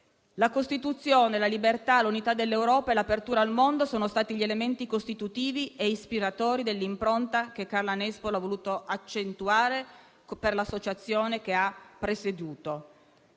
La Costituzione, la libertà, l'unità dell'Europa e l'apertura al mondo sono stati gli elementi costitutivi e ispiratori dell'impronta che Carla Nespolo ha voluto accentuare per l'Associazione che ha presieduto.